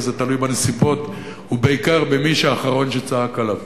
וזה תלוי בנסיבות ובעיקר במי שאחרון צעק עליו